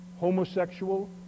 homosexual